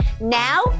now